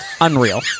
Unreal